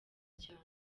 cyane